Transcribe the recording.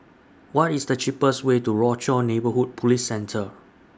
What IS The cheapest Way to Rochor Neighborhood Police Centre